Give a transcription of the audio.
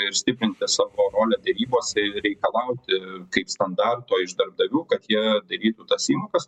ir stiprinti savo rolę derybose reikalauti kaip standarto iš darbdavių kad jie darytų tas įmokas